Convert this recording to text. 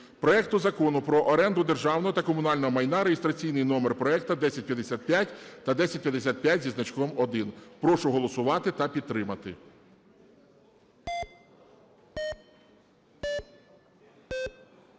проект Закону про оренду державного та комунального майна (реєстраційний номер проекту 1055 та 1055 зі значком 1). Прошу голосувати та підтримати.